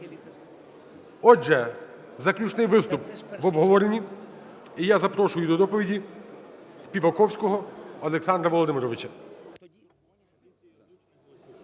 Отже, заключний виступ в обговоренні. І я запрошую до доповіді Співаковського Олександра Володимировича.